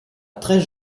très